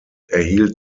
erhielt